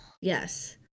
Yes